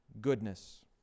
goodness